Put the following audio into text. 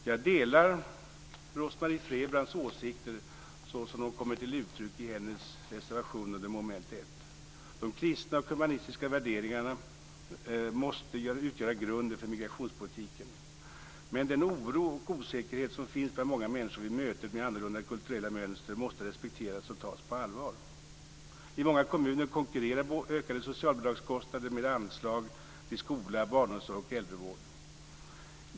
Jag delar Rose-Marie Frebrans åsikter såsom de kommer till uttryck i hennes reservation under mom. 1. De kristna och humanistiska värderingarna måste utgöra grunden för migrationspolitiken. Men den oro och osäkerhet som finns bland många människor vid mötet med annorlunda kulturella mönster måste respekteras och tas på allvar. I många kommuner konkurrerar ökade socialbidragskostnader med anslag till skola, barnomsorg och äldrevård.